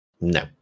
No